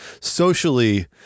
socially